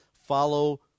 Follow